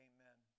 Amen